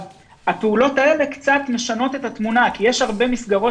הפעולות האלה קצת משנות את התמונה כי יש הרבה מסגרות